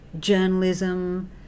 journalism